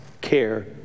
care